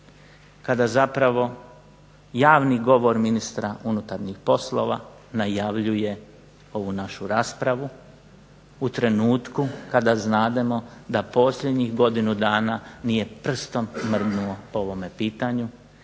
kada zapravo javni govor ministra unutarnjih poslova najavljuje ovu našu raspravu u trenutku kada znademo da posljednjih godinu dana nije prstom mrdnuo po ovome pitanju